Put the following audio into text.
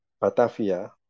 Batavia